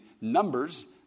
numbers